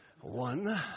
One